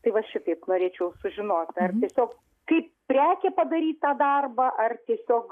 tai va šitaip norėčiau sužinot ar tiesiog kaip prekė padaryt tą darbą ar tiesiog